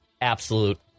absolute